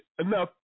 enough